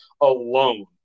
alone